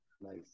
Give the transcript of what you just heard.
Nice